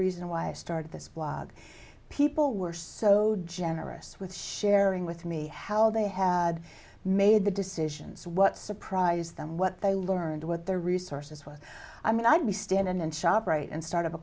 reason why i started this blog people were so degeneracy with sharing with me how they had made the decisions what surprised them what they learned what their resources were i mean i'd be stand in and shop right and start